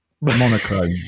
Monochrome